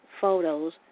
photos